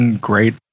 great